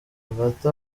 hagati